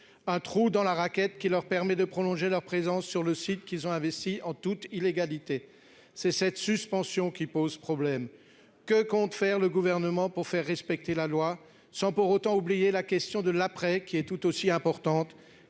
un trou dans la raquette qui leur permet de prolonger leur présence sur le site qu'ils ont investi en toute illégalité, c'est cette suspension qui pose problème : que compte faire le gouvernement pour faire respecter la loi sans pour autant oublier la question de l'après, qui est tout aussi importante,